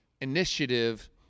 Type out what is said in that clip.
initiative